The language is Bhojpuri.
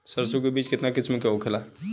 सरसो के बिज कितना किस्म के होखे ला?